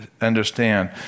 understand